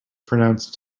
pronounced